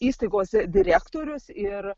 įstaigos direktorius ir